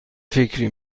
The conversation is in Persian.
فکر